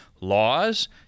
laws